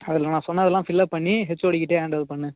அதில் நான் சொன்னதலாம் ஃபில்லப் பண்ணி ஹெச்ஓடிகிட்டயே ஹேண்ட் ஓவர் பண்ணு